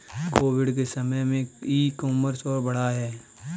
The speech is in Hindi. कोविड के समय में ई कॉमर्स और बढ़ा है